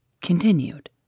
Continued